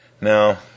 Now